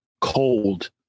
cold